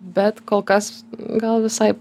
bet kol kas gal visai